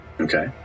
Okay